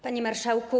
Panie Marszałku!